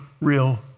real